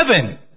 heaven